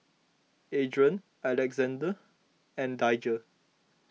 Adron Alexande and Daijah